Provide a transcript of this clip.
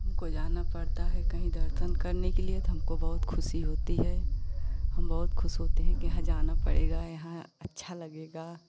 हमको जाना पड़ता है कही दर्शन करने के लिए तो हमको बहुत खुशी होती हैं हम बहुत खुश होते हैं कि यहाँ जाना पड़ेगा यहाँ अच्छा लगेगा